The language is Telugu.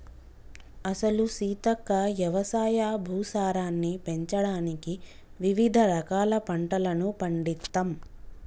అసలు సీతక్క యవసాయ భూసారాన్ని పెంచడానికి వివిధ రకాల పంటలను పండిత్తమ్